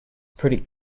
pretty